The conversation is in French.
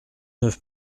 neuf